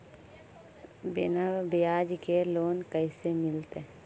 बिना ब्याज के लोन कैसे मिलतै?